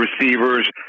receivers